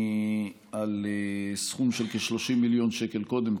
על סכום של כ-30 מיליון שקל קודם,